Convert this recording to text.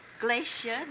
Glacier